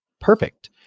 perfect